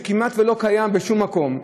שכמעט לא קיים בשום מקום,